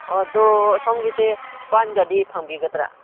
ꯑꯗꯣ ꯁꯣꯝꯒꯤꯁꯦ ꯄꯥꯟꯒꯗꯤ ꯐꯪꯕꯤꯒꯗ꯭ꯔ